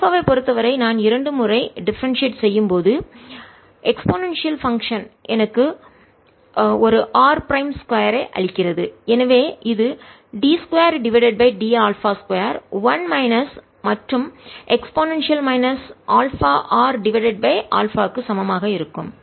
alpha வைப் பொறுத்தவரை நான் இரண்டு முறை டிஃபரண்டியட் செய்யும்போதுஎக்ஸ்போனாண்டில் பங்க்சன்அதிவேக செயல்பாடு எனக்கு ஒரு ஆர் பிரைம் 2 அளிக்கிறது எனவே இது d 2 divided by d alpha 2 1 minus மற்றும் e α r divided by alpha க்கு சமமாக இருக்கும்